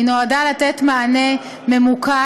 היא נועדה לתת מענה ממוקד,